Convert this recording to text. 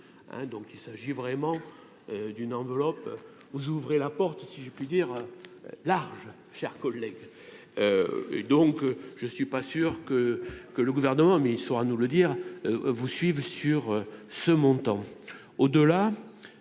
donc il s'agit vraiment d'une enveloppe, vous ouvrez la porte, si j'ai pu dire large chers collègues et donc je suis pas sûr que que le gouvernement, mais ils sont à nous le dire vous suivent sur ce montant